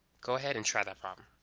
go ahead and try that problem